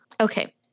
Okay